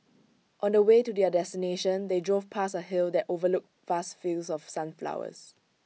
on the way to their destination they drove past A hill that overlooked vast fields of sunflowers